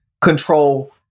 control